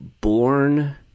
born